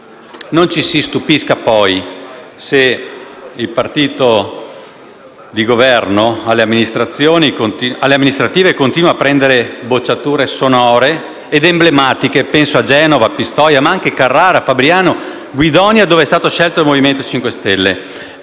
Non ci si stupisca, poi, se alle amministrative il partito di governo continua a prendere bocciature sonore ed emblematiche. Penso a Genova e Pistoia, ma anche a Carrara, Fabriano e Guidonia, dove è stato scelto il Movimento 5 Stelle.